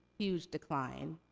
huge decline.